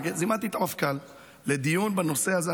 זימנתי את המפכ"ל לדיון בנושא הזה.